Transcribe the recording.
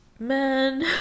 Man